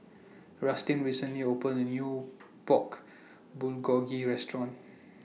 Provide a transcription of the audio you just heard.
Rustin recently opened A New Pork Bulgogi Restaurant